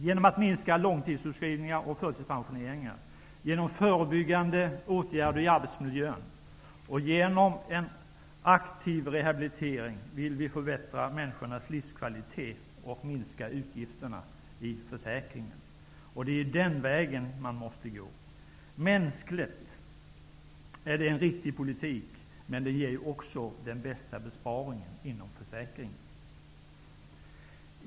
Genom att minska långtidssjukskrivningar och förtidspensioneringar, genom förebyggande åtgärder i arbetsmiljön och genom en aktiv rehabilitering vill vi förbättra människornas livskvalitet och minska utgifterna i försäkringen. Det är den vägen man måste gå. Mänskligt är det en riktig politik, men det ger också den bästa besparingen inom försäkringen.